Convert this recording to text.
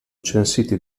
censiti